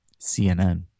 CNN